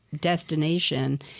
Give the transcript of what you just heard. destination